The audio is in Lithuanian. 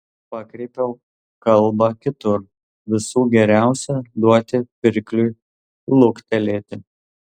pakreipiau kalbą kitur visų geriausia duoti pirkliui luktelėti